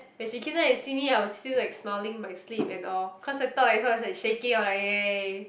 when she came down and see me I was still like smiling in my sleep and all cause I thought like I'm like shaking I'm like yay